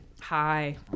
Hi